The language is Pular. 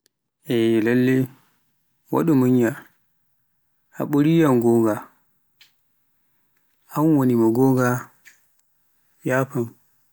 Wadu munyal, a ɓuri yam gonnga, an woni mo gonnga, yafan.